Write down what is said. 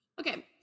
Okay